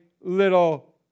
little